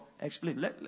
Explain